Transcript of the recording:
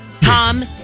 Tom